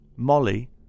Molly